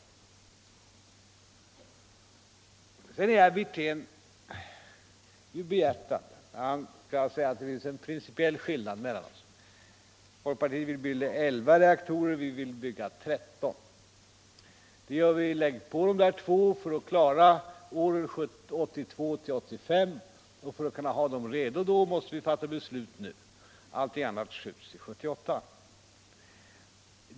Herr Wirtén är behjärtad när han försöker hävda att det finns en principiell skillnad mellan oss. Folkpartiet vill bygga 11 reaktorer, vi vill bygga 13. Vi har lagt på två för att klara åren 1982-1985. För att kunna ha dem redo då måste vi fatta beslut nu; besluten om allting annat skjuts till 1978.